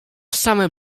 same